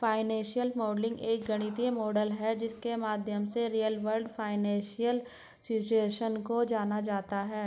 financial modelling एक गणितीय model है जिसके माध्यम से रियल वर्ल्ड फाइनेंशियल सिचुएशन को जाना जाता है